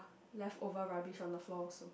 leftover rubbish on the floor also